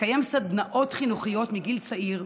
לקיים סדנאות חינוכיות מגיל צעיר,